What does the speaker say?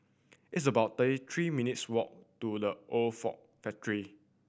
it's about thirty three minutes' walk to The Old Ford Factory